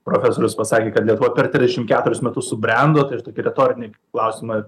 profesorius pasakė kad lietuva per trisdešim keturius metus subrendo tai aš tokį retorinį klausimą